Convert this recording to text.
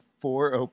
four